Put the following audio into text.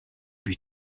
lui